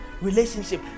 relationship